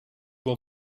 will